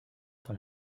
sur